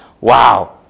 Wow